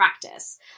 practice